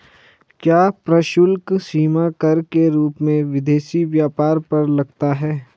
क्या प्रशुल्क सीमा कर के रूप में विदेशी व्यापार पर लगता है?